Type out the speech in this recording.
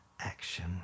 action